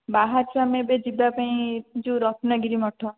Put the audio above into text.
ବାହାରିଛୁ ଆମେ ଏବେ ଯିବା ପାଇଁ ଯେଉଁ ରତ୍ନଗିରି ମଠ